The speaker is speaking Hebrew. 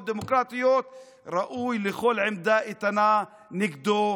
דמוקרטיות ראוי לכל עמדה איתנה נגדו,